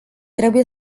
trebuie